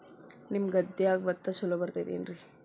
ನಿಮ್ಮ ಗದ್ಯಾಗ ಭತ್ತ ಛಲೋ ಬರ್ತೇತೇನ್ರಿ?